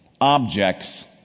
objects